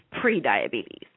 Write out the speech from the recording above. pre-diabetes